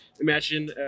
imagine